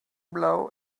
blow